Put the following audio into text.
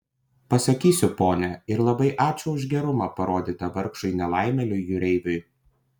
pasakysiu ponia ir labai ačiū už gerumą parodytą vargšui nelaimėliui jūreiviui